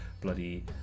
bloody